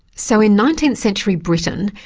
so in nineteenth-century britain,